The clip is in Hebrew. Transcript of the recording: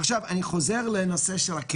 אם זה פסולת.